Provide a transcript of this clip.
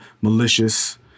malicious